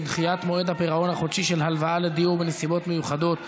28) (דחיית מועד הפירעון החודשי של הלוואה לדיור בנסיבות מיוחדות),